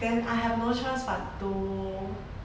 then I have no choice but to